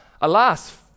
alas